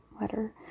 letter